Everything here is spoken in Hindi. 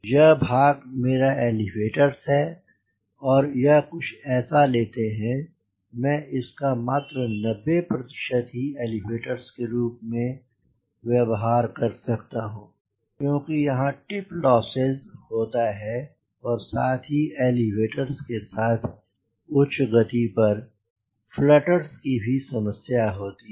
यह भाग मेरा एलिवेटर्स है और यह कुछ ऐसा लेते हैं मैं इसका मात्र 90 प्रतिशत ही एलिवेटर्स के रूप में व्यवहार कर सकता हूँ क्योंकि यहाँ टिप लॉसेस होता है साथ ही एलिवेटर्स के साथ उच्च गति पर फ्लटर्स की भी समस्या होती है